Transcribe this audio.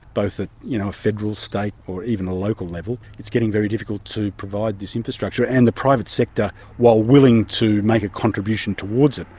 both at you know federal, state or even a local level, it's getting very difficult to provide this infrastructure. and the private sector, while willing to make a contribution towards it,